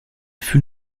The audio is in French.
fut